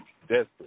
desperate